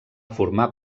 formar